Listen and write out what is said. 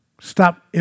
stop